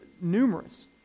numerous